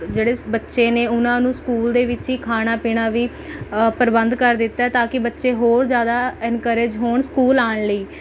ਜਿਹੜੇ ਸ ਬੱਚੇ ਨੇ ਉਹਨਾਂ ਨੂੰ ਸਕੂਲ ਦੇ ਵਿੱਚ ਹੀ ਖਾਣਾ ਪੀਣਾ ਵੀ ਅ ਪ੍ਰਬੰਧ ਕਰ ਦਿੱਤਾ ਹੈ ਤਾਂ ਕਿ ਬੱਚੇ ਹੋਰ ਜ਼ਿਆਦਾ ਇਨਕਰੇਜ ਹੋਣ ਸਕੂਲ ਆਉਣ ਲਈ